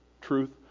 truth